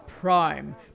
PRIME